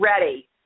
ready